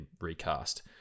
recast